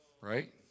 Right